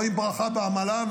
רואים ברכה בעמלם.